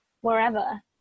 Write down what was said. wherever